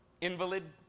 Invalid